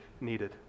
needed